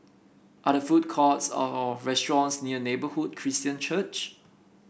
are there food courts or restaurants near Neighbourhood Christian Church